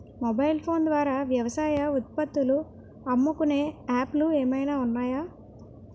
Mobile phone ద్వారా వ్యవసాయ ఉత్పత్తులు అమ్ముకునే యాప్ లు ఏమైనా ఉన్నాయా?